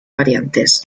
variantes